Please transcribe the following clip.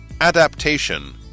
Adaptation